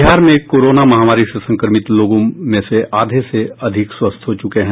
बिहार में कोरोना महामारी से संक्रमित लोगों में से आधे से अधिक स्वस्थ हो चुके हैं